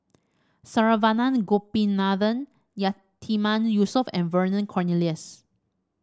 Saravanan Gopinathan Yatiman Yusof and Vernon Cornelius